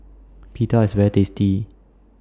Pita IS very tasty